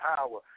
Power